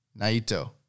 Naito